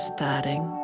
Starting